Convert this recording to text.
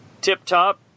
tip-top